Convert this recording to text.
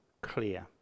clear